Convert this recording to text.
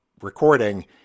recording